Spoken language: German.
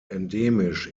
endemisch